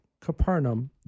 Capernaum